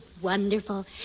wonderful